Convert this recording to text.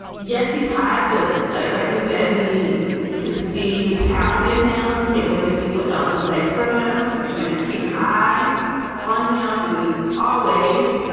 yes. he's had but like like we said, we can see the talent in him. we can't wait to see what else is next for him we're gonna keep an eye on him and our ways.